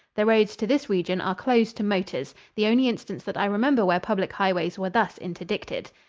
the roads to this region are closed to motors the only instance that i remember where public highways were thus interdicted.